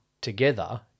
together